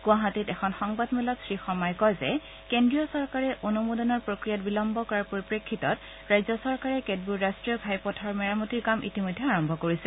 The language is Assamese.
গুৱাহাটীত এখন সংবাদমেলত শ্ৰীশৰ্মাই কয় যে কেন্দ্ৰীয় চৰকাৰে অনুমোদনৰ প্ৰক্ৰিয়াত বিলম্ব কৰাৰ পৰিপ্ৰেক্ষিতত ৰাজ্য চৰকাৰে কেতবোৰ ৰাষ্ট্ৰীয় ঘাইপথৰ মেৰামতিৰ কাম ইতিমধ্যে আৰম্ভ কৰিছে